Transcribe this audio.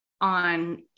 on